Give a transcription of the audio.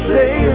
Say